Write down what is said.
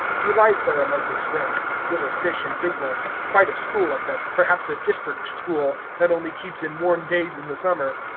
he lies there among his friends, little fish and big ones, quite a school of them, perhaps a district school, that only keeps in warm days in the summer.